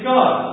God